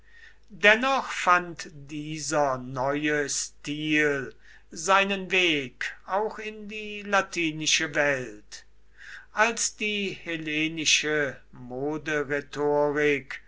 dennoch fand dieser neue stil seinen weg auch in die latinische welt als die